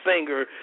singer